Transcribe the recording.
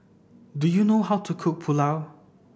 do you know how to cook Pulao